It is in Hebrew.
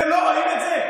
אתם לא רואים את זה?